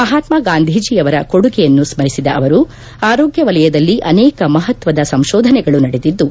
ಮಹಾತ್ಗಾಂಧೀಜಿಯವರ ಕೊಡುಗೆಯನ್ನು ಸ್ತರಿಸಿದ ಅವರು ಆರೋಗ್ಗಿವಲಯದಲ್ಲಿ ಅನೇಕ ಮಹತ್ವದ ಸಂಶೋಧನೆಗಳು ನಡೆದಿದ್ದು